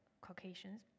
Caucasians